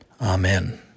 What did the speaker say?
Amen